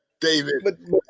David